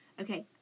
Okay